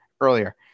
earlier